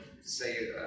say